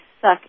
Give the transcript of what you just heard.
suck